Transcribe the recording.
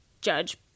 judge